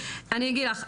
אני אגיד לך,